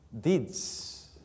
deeds